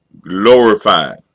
glorified